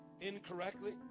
incorrectly